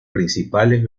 principales